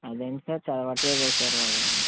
అదేంటి సార్ చదవట్లేదు అండి సార్ వాడు